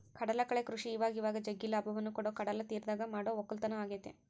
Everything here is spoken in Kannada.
ಕಡಲಕಳೆ ಕೃಷಿ ಇವಇವಾಗ ಜಗ್ಗಿ ಲಾಭವನ್ನ ಕೊಡೊ ಕಡಲತೀರದಗ ಮಾಡೊ ವಕ್ಕಲತನ ಆಗೆತೆ